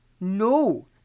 No